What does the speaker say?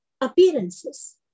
appearances